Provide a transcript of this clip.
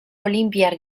olinpiar